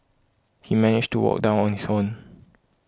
he managed to walk down on his own